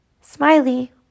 Smiley